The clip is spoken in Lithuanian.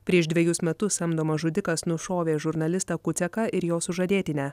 prieš dvejus metus samdomas žudikas nušovė žurnalistą kuceką ir jo sužadėtinę